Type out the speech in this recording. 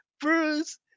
Bruce